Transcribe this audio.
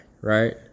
right